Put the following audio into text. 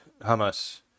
hamas